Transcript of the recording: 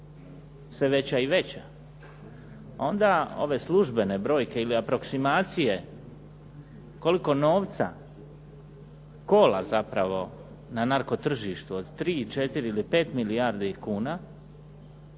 sve veća i veća, onda ove službene brojke ili aproksimacije koliko novca kola zapravo na narko tržištu od tri, četiri ili pet milijardi kuna